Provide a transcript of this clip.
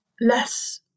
less